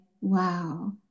wow